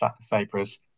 Cyprus